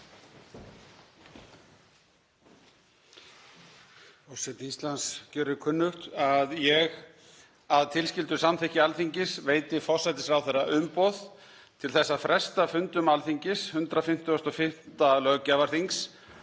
Forseti Íslands gjörir kunnugt: „Að ég, að tilskildu samþykki Alþingis, veiti forsætisráðherra umboð til þess að fresta fundum Alþingis, 155. löggjafarþings,